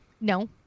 No